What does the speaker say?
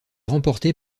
remportée